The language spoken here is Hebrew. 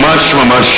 ממש ממש,